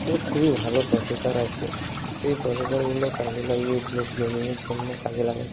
এটা খুবই ভালো প্রসেসার আছে তো এই প্রসেসারগুলো কাজে লাগিয়ে এগুলো গেমিংয়ের জন্য কাজে লাগাই